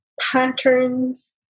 patterns